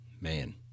man